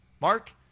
Mark